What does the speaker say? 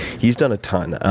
he's done a ton,